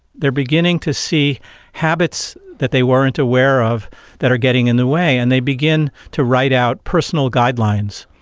they are beginning to see habits that they weren't aware of that are getting in the way and they begin to write out personal guidelines,